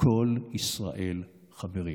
כל ישראל חברים".